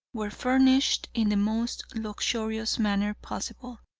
were furnished in the most luxurious manner possible.